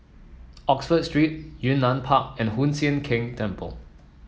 Oxford Street Yunnan Park and Hoon Sian Keng Temple